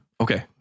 Okay